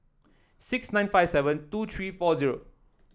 six nine five seven two three four zero